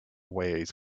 ways